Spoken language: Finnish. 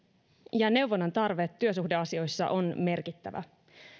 ja neuvonnan tarve työsuhdeasioissa on merkittävä